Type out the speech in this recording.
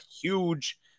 huge